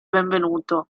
benvenuto